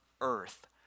earth